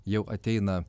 jau ateina